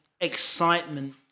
excitement